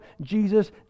Jesus